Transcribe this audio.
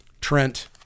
Trent